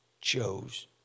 chose